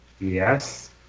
Yes